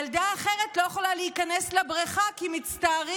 וילדה אחרת לא יכולה להיכנס לבריכה כי מצטערים,